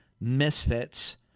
misfits